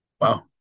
Wow